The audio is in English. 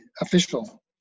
official